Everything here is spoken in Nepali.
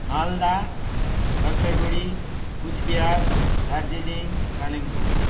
मालदा जलपाइगढी कुचबिहार दार्जिलिङ कालिम्पोङ